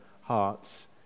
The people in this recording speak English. hearts